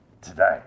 today